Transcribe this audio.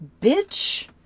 bitch